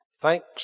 Thanks